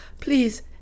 Please